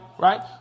right